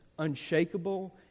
unshakable